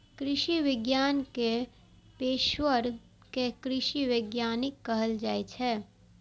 कृषि विज्ञान के पेशवर कें कृषि वैज्ञानिक कहल जाइ छै